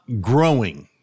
growing